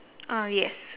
ah yes